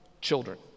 children